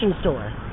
store